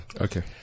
Okay